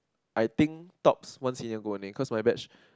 I think tops one senior gold only cause my batch